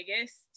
biggest